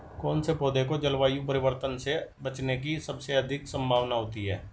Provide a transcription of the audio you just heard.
कौन से पौधे को जलवायु परिवर्तन से बचने की सबसे अधिक संभावना होती है?